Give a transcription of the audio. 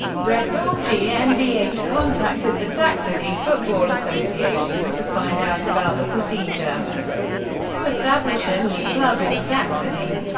red bull gmbh contacted the saxony football association, to find out about the procedure to establish a new club in saxony.